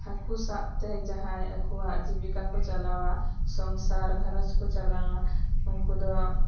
ᱦᱟᱹᱠᱩ ᱥᱟᱵ ᱛᱮ ᱡᱟᱦᱟᱸᱭ ᱟᱠᱚᱣᱟᱜ ᱡᱤᱵᱤᱠᱟ ᱠᱚ ᱪᱟᱞᱟᱣᱟ ᱥᱚᱝᱥᱟᱨ ᱜᱷᱟᱨᱚᱸᱡᱽ ᱠᱚ ᱪᱟᱞᱟᱣᱟ ᱩᱱᱠᱩ ᱫᱚ